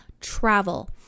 travel